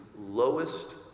lowest